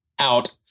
out